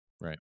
Right